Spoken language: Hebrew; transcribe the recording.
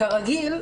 כרגיל,